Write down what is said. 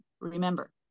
remember